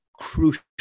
Crucial